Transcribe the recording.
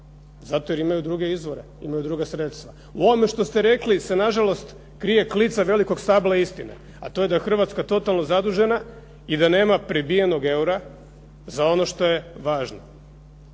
Zato jer imaju druge izvore, imaju druga sredstva. U ovome što ste rekli se nažalost krije klica velikog stabla istine, a to je da je Hrvatska totalno zadužena i da nema prebijenog eura za ono što je važno,